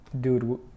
dude